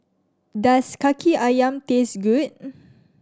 does Kaki Ayam taste good